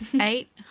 Eight